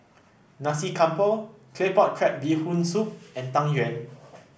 Nasi Campur Claypot Crab Bee Hoon Soup and Tang Yuen